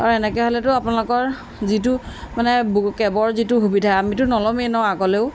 আৰু এনেকৈ হ'লেতো আপোনালোকৰ যিটো মানে কেবৰ যিটো সুবিধা আমিতো নল'মেই ন আগলেও